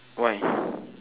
why